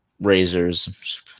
razors